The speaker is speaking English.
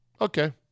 Okay